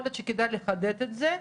יכול להיות שכדאי לחדד את זה,